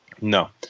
No